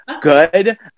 good